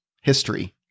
history